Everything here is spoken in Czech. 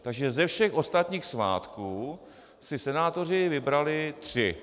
Takže ze všech ostatních svátků si senátoři vybrali tři.